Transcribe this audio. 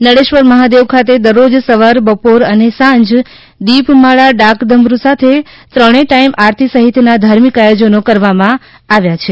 નળેશ્વર મહાદેવ ખાતે દરરોજસવાર બપોર અને સાંજ દિપમાળા ડાક ડમરૂ સાથેત્રણ ટાઈમ આરતી સહિતના ધાર્મિક આયોજનો કરવામાં આવ્યા છે